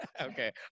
Okay